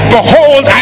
Behold